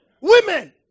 women